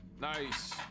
Nice